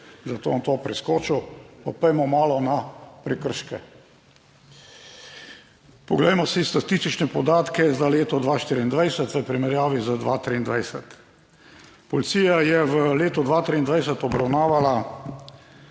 zato bom to preskočil, pa pojdimo malo na prekrške. Poglejmo si statistične podatke za leto 2024 v primerjavi z 2023. Policija je v letu 2023 obravnavala